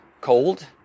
cold